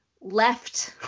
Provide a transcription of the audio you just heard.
left